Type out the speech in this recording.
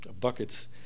buckets